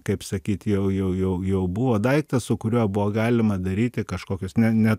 kaip sakyt jau jau jau jau buvo daiktas su kuriuo buvo galima daryti kažkokius ne ne